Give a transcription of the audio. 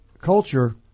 culture